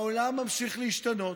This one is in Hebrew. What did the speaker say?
העולם ממשיך להשתנות,